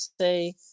say